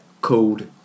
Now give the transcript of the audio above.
called